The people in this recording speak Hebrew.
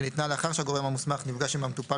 שניתנה לאחר שהגורם המוסמך נפגש עם המטופל